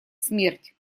смерть